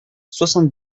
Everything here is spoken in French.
soixante